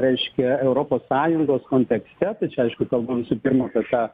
reiškia europos sąjungos kontekste tai čia aišku kalbu visų pirma apie tą